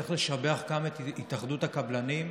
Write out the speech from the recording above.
צריך לשבח גם את התאחדות הקבלנים,